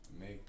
Make